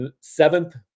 seventh